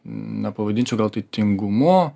nepavadinčiau gal tai tingumu